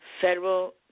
federal